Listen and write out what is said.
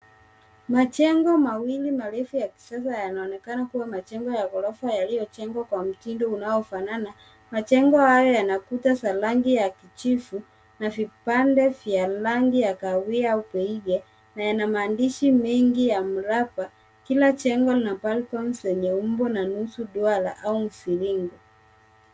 Majengo mawili marefu ya kisasa yanaonekana kuwa majengo ya ghorofa yaliyojengwa kwa mtindo unaofanana. Majengo hayo yana kuta za rangi ya kijivu, na vipande vya rangi ya kahawia huko nje, na yana maandishi mengi ya mraba, kila jengo na balcons zenye umbo na nusu duara au mviringo.